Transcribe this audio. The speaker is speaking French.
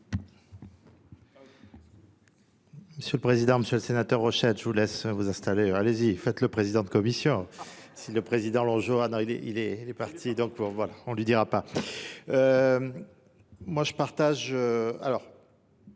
M. le Président, M. le Sénateur Rochette, je vous laisse vous installer. Allez-y, faites le Président de Commission. Si le Président Longet, il est parti, on ne lui dira pas. Je partage